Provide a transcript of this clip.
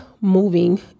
moving